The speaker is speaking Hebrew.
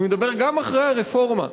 אני מדבר גם אחרי הרפורמה.